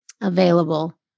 available